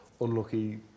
unlucky